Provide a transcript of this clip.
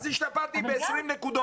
אז השתפרתי ב-20 נקודות,